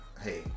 Hey